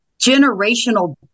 generational